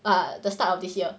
ah the start of this year